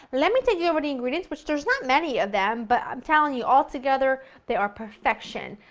let me take you over the ingredients which there's not many of them but i'm telling you, all together, they are perfection.